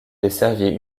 desservie